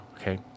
Okay